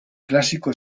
clásico